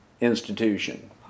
institution